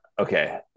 Okay